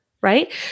right